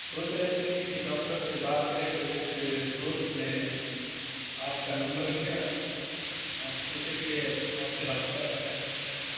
سوچ رہے تھے کہ کسی ڈاکٹر سے بات کریں تو ایک دوست نے آپ کا نمبر دیا اب سوچے کہ آپ سے رابطہ کریں